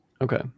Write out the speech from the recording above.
Okay